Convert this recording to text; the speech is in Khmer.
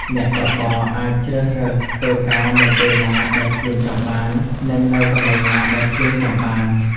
អ្នកបើកបរអាចជ្រើសរើសធ្វើការនៅពេលណាដែលខ្លួនចង់បាន និងនៅកន្លែងណាដែលខ្លួនចង់បាន។